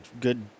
good